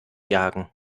jagen